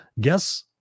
Guess